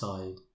Side